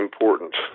important